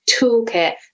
toolkit